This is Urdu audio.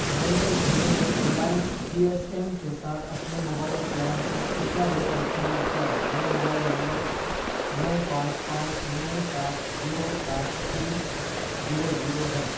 میں نے اس مہینے ریلائنس جی ایس ایم کے ساتھ اپنے موبائل پلان پر کتنا ڈیٹا استعمال کیا ہے میرا موبائل نمبر نو پانچ پانچ نو سات زیرو سات تین زیرو زیرو ہے